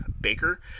Baker